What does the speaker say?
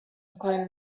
including